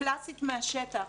קלאסית מהשטח.